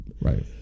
right